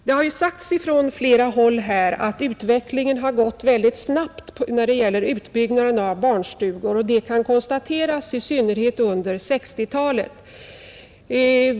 Det har från flera håll sagts att utvecklingen har gått mycket snabbt när det gäller utbyggnaden av barnstugorna — och det kan konstateras — i synnerhet under 1960-talet.